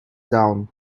down